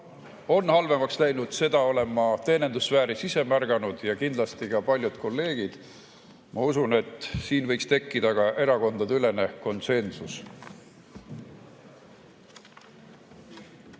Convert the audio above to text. on halvemaks läinud, seda olen ma teenindussfääris ise märganud ja kindlasti [on märganud] ka paljud kolleegid. Ma usun, et siin võiks tekkida ka erakondadeülene konsensus.